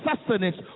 sustenance